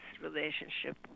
relationship